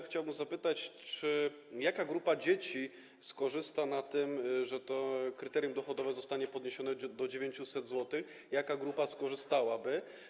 Chciałbym zapytać, jaka grupa dzieci skorzysta na tym, że to kryterium dochodowe zostanie podniesione do 900 zł, jaka grupa skorzystałaby.